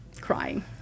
crying